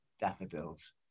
daffodils